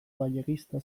galleguista